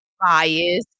bias